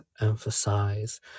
emphasize